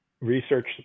research